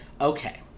Okay